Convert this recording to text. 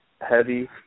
heavy